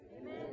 Amen